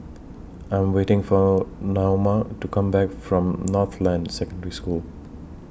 I Am waiting For Naoma to Come Back from Northland Secondary School